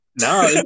No